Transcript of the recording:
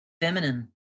feminine